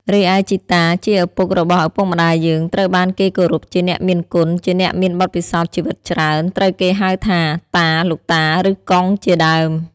រីឯជីតា ជាឪពុករបស់ឪពុកម្ដាយយើង ត្រូវបានគេគោរពជាអ្នកមានគុណ ជាអ្នកមានបទពិសោធន៍ជីវិតច្រើន ត្រូវគេហៅថា តា លោកតា ឬកុងជាដើម។